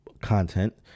content